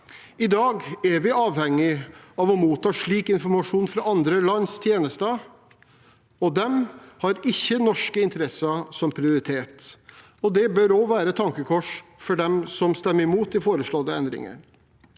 I dag er vi avhengige av å motta slik informasjon fra andre lands tjenester, og de har ikke norske interesser som prioritet. Det bør også være et tankekors for dem som stemmer imot de foreslåtte endringene.